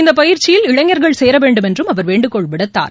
இந்த பயிற்சியில் இளைஞர்கள் சேர வேண்டும் என்றும் அவர் வேண்டுகோள் விடுத்தார்